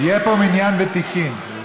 יהיה פה מניין ותיקין.